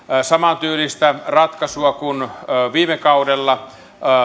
samantyylistä ratkaisua kuin viime kaudella